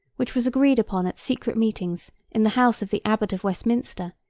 which was agreed upon at secret meetings in the house of the abbot of westminster,